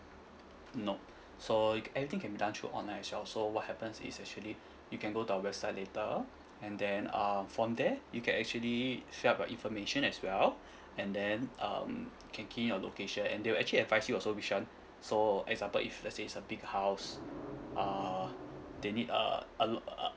no so anything can be done through online as well so what happens is actually you can go to our website later and then uh from there you can actually fill up your information as well and then um can key in your location and they'll actually advise you also which one so example if let say if it's a big house uh they need uh a lot uh